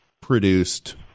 produced